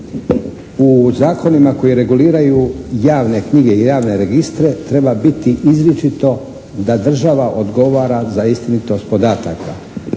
U zakonima koji reguliraju javne knjige i javne registre treba biti izričito da država odgovara za istinitost podataka.